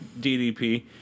DDP